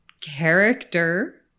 character